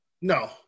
No